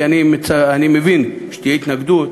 כי אני מבין שתהיה התנגדות.